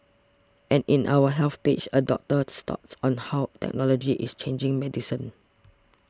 and in our Health page a doctor's thoughts on how technology is changing medicine